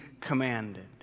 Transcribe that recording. commanded